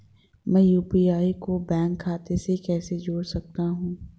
मैं यू.पी.आई को बैंक खाते से कैसे जोड़ सकता हूँ?